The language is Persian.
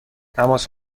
تماس